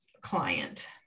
client